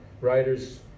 writers